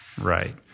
right